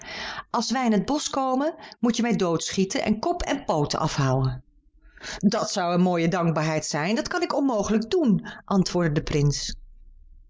als wij in het bosch komen moet je mij doodschieten en kop en pooten af houwen dat zou een mooie dankbaarheid zijn dat kan ik onmogelijk doen antwoordde de prins